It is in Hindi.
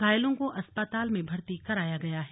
घायलों को अस्पताल में भर्ती कराया गया है